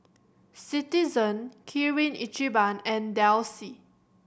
Citizen Kirin Ichiban and Delsey